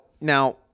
Now